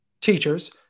teachers